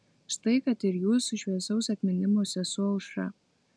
štai kad ir jūsų šviesaus atminimo sesuo aušra